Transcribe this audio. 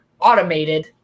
automated